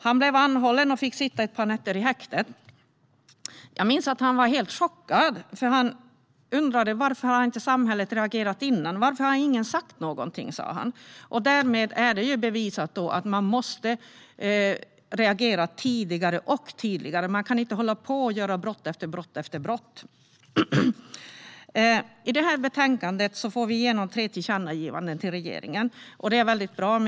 Han blev anhållen och fick sitta ett par nätter i häktet. Jag minns att han var helt chockad. Han undrade varför samhället inte hade reagerat tidigare och varför ingen hade sagt något. Detta bevisar att samhället måste reagera tidigare och tydligare. Man ska inte kunna begå brott efter brott. I betänkandet får vi igenom tre tillkännagivanden till regeringen. Det är bra.